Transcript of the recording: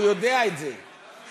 הוא יודע את זה,